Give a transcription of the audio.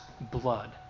blood